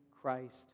Christ